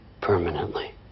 Permanently